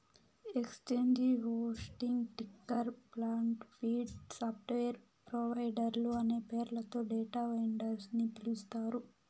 exchange hosting, ticker plant, feed, software ప్రొవైడర్లు అనే పేర్లతో డేటా వెండర్స్ ని పిలుస్తారు